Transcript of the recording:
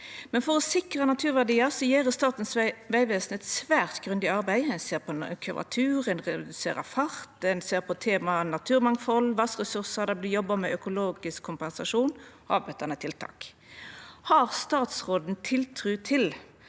For å sikra naturverdiar gjer Statens vegvesen eit svært grundig arbeid. Ein ser på kurvatur, ein reduserer fart, ein ser på tema som naturmangfald og vassressursar, og det vert jobba med økologisk kompensasjon og avbøtande tiltak. Har statsråden tiltru til